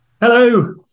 Hello